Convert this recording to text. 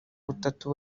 butatu